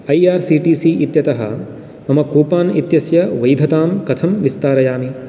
I R C T C इत्यतः मम कूपान् इत्यस्य वैधतां कथं विस्तारयामि